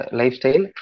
lifestyle